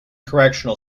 correctional